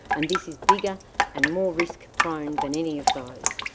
and this is bigger and more risk prone than any of those.